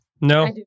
No